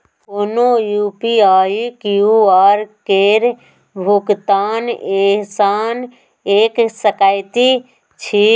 कोनो UPI QR केर भुगतान एहिसँ कए सकैत छी